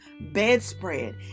bedspread